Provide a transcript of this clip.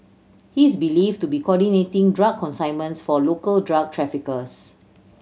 he is believed to be coordinating drug consignments for local drug traffickers